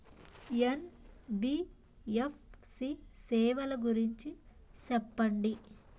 NBFC సేవల గురించి సెప్పండి?